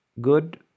good